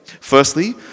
Firstly